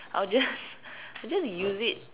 I'll just I'll just use it